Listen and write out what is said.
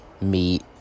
meat